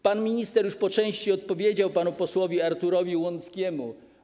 Pan minister już po części odpowiedział panu posłowi Arturowi Łąckiemu.